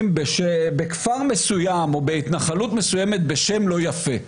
בכפר מסוים או בהתנחלות מסוימת בשם לא יפה,